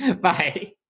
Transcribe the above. Bye